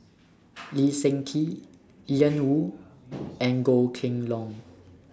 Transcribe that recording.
Lee Seng Tee Ian Woo and Goh Kheng Long